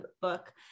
book